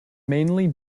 mainly